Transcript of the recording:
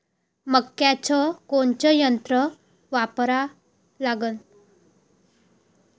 मक्याचं कोनचं यंत्र वापरा लागन?